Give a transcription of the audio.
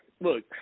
look